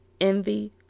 envy